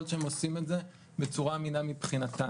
להיות שהן עושות את זה בצורה אמינה מבחינתן.